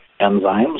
enzymes